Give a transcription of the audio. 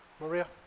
Maria